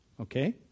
Okay